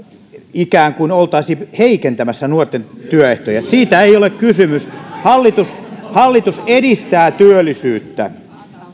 ikään kuin oltaisiin heikentämässä nuorten työehtoja siitä ei ole kysymys hallitus hallitus edistää työllisyyttä